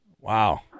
Wow